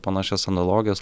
panašias analogijas